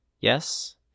Yes